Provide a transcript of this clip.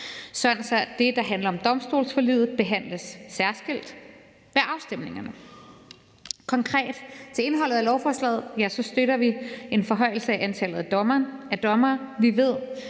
sådan at det, der handler om domstolsforliget, behandles særskilt ved afstemningerne. Konkret til indholdet af lovforslaget vil jeg sige, at vi støtter en forhøjelse af antallet af dommere. Vi ved,